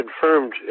confirmed